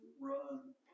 Run